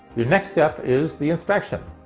your next step is the inspection.